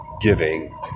giving